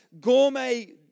gourmet